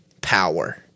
power